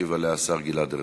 ישיב השר גלעד ארדן.